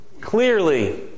clearly